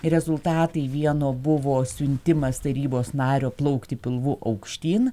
rezultatai vieno buvo siuntimas tarybos nario plaukti pilvu aukštyn